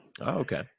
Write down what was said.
Okay